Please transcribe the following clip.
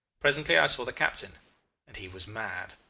presently i saw the captain and he was mad.